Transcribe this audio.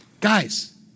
Guys